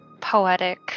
poetic